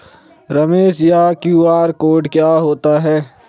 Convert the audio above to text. रमेश यह QR code क्या होता है?